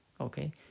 okay